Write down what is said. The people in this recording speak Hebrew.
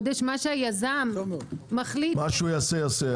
שהיזם מחליט --- מה שהוא יעשה יעשה,